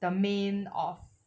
the main of